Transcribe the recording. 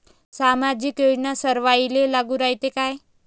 सामाजिक योजना सर्वाईले लागू रायते काय?